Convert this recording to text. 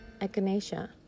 Echinacea